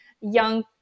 young